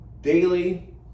daily